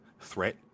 threat